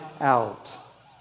out